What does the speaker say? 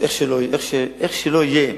איך שלא יהיה